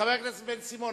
חבר הכנסת בן-סימון,